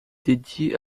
dédiée